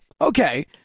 Okay